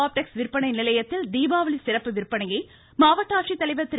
ஆப்டெக்ஸ் விற்பனை நிலையத்தில் தீபாவளி சிறப்பு விற்பனையை மாவட்ட ஆட்சித்தலைவர் திரு